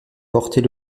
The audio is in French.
porter